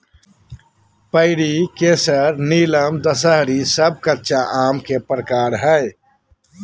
पयरी, केसर, नीलम, दशहरी सब कच्चा आम के प्रकार हय